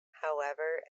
however